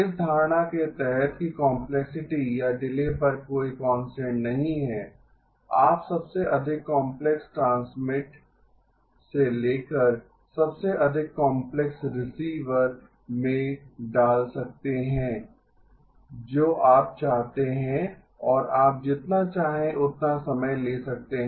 इस धारणा के तहत कि कॉम्पलेक्सिटी या डिले पर कोई कांस्टेंट नहीं है आप सबसे अधिक काम्प्लेक्स ट्रांसमिट से लेकर सबसे अधिक काम्प्लेक्स रिसीवर में डाल सकते हैं जो आप चाहते हैं और आप जितना चाहें उतना समय ले सकते हैं